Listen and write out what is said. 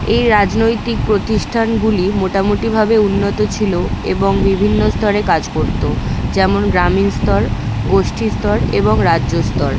এই রাজনৈতিক প্রতিষ্ঠানগুলি মোটামুটিভাবে উন্নত ছিল এবং বিভিন্ন স্তরে কাজ করত যেমন গ্রামীণ স্তর গোষ্ঠী স্তর এবং রাজ্য স্তর